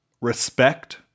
respect